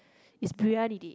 is